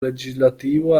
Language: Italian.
legislativo